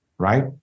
Right